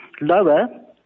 lower